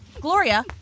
Gloria